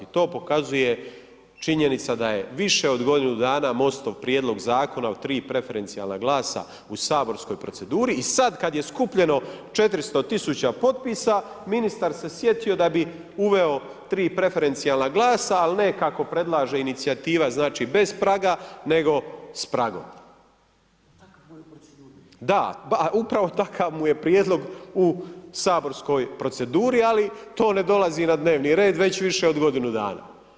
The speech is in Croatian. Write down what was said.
To pokazuje činjenica da je više od godinu dana MOST-ov prijedlog zakona o 3 preferencijalan glasa u saborskoj proceduri i sad kad je skupljeno 400 000 potpisa, ministar se sjetio da bi uveo 3 preferencijalna glasa ali ne kako predlaže inicijativa znači bez praga nego s pragom. … [[Upadica sa strane, ne razumije se.]] Da, pa upravo takav mu je takav u saborskoj proceduri ali to ne dolazi na dnevni red već više od godinu dana.